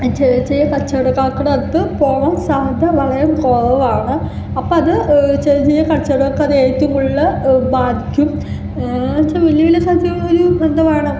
ചെറിയ ചെറിയ കച്ചവടക്കാരുടെ അടുത്ത് പോവാൻ സാധ്യത വളരെ കുറവാണ് അപ്പം അത് ചെറിയ ചെറിയ കച്ചവടക്കാരെ ഏറ്റവും കൂടുതൽ ബാധിക്കും എന്ന് വച്ചാൽ വലിയ വലിയ